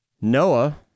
Noah